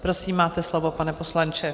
Prosím, máte slovo, pane poslanče.